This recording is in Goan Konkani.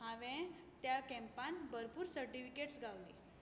हांवें त्या कँपान भरपूर सटिफिकेट्स गावली